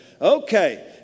Okay